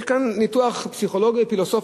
יש כאן ניתוח פסיכולוגי פילוסופי,